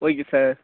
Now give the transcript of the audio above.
okay sir